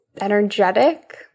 Energetic